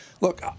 look